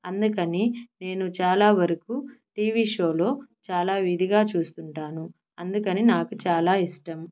అందుకని నేను చాలా వరకు టీవీ షోలు చాలా ఇదిగా చూస్తుంటాను అందుకని నాకు చాలా ఇష్టము